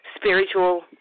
spiritual